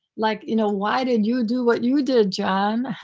like, you know, why didn't you do what you did, john?